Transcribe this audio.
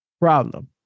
problem